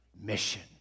mission